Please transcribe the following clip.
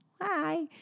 hi